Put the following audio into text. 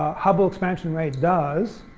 hubble expansion rates does.